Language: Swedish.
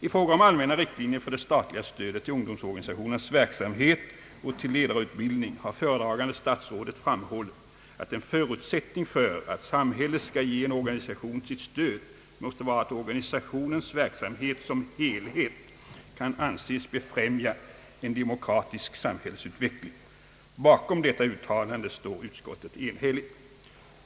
I fråga om allmänna riktlinjer för det statliga stödet till ungdomsorganisationernas verksamhet och till ledarutbildning har föredragande statsrådet framhållit att en förutsättning för att samhället skall ge en organisation sitt stöd måste vara att organisationens verksamhet som helhet kan anses befrämja en demokratisk samhällsutveckling. Bakom detta uttalande står utskottet enigt.